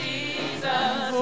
Jesus